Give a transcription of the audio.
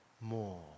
more